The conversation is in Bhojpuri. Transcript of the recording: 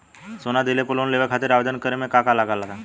सोना दिहले पर लोन लेवे खातिर आवेदन करे म का का लगा तऽ?